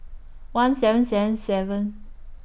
one seven seven seven